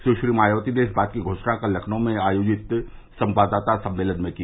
सुश्री मायावती ने इस बात की घोषणा कल लखनऊ में आयोजित संवाददाता सम्मेलन में की